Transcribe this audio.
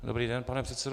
Dobrý den, pane předsedo.